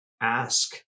ask